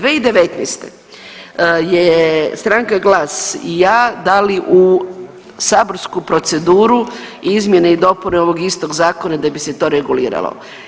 2019. je stranka GLAS i ja dali u saborsku proceduru izmjene i dopune ovog istog zakona da bi se to reguliralo.